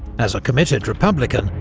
as a committed republican,